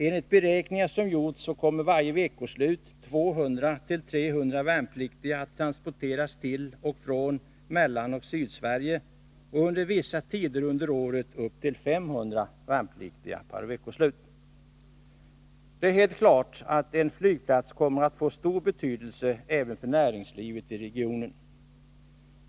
Enligt beräkningar som har gjorts kommer varje veckoslut 200-300 värnpliktiga att transporteras till och från Mellanoch Sydsverige, under vissa tider på året upp till 500 värnpliktiga per veckoslut. Det är helt klart att en flygplats kommer att få stor betydelse även för näringslivet i regionen.